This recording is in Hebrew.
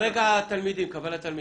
על רקע קבלת תלמידים.